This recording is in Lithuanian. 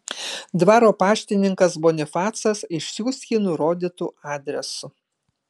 dvaro paštininkas bonifacas išsiųs jį nurodytu adresu